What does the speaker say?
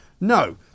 No